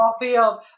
field